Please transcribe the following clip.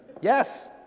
Yes